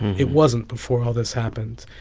it wasn't before all this happened.